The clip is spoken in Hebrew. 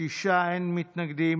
מי נגד?